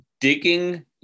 digging